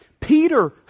Peter